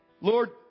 Lord